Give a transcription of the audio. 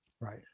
Right